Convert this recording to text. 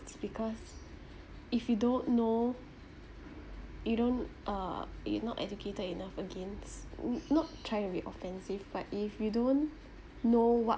is because if you don't know you don't uh you're not educated enough against n~ not trying to be offensive but if you don't know what